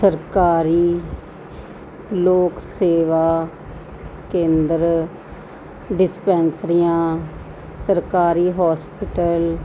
ਸਰਕਾਰੀ ਲੋਕ ਸੇਵਾ ਕੇਂਦਰ ਡਿਸਪੈਂਸਰੀਆਂ ਸਰਕਾਰੀ ਹੋਸਪਿਟਲ